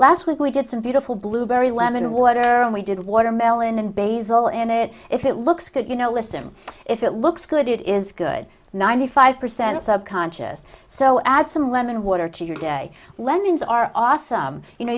last week we did some beautiful blueberry lemon was or only did watermelon and bay's all in it if it looks good you know listen if it looks good it is good ninety five percent subconscious so add some lemon water to your day lemons are awesome you know